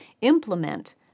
implement